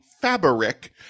fabric